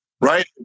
Right